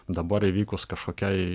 dabar įvykus kažkokiai